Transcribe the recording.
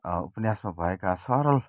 उपन्यासमा भएका सरल